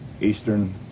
Eastern